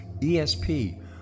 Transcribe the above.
ESP